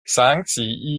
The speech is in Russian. санкции